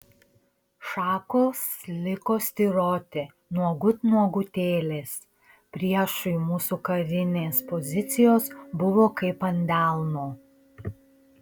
šakos liko styroti nuogut nuogutėlės priešui mūsų karinės pozicijos buvo kaip ant delno